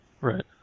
Right